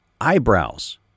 eyebrows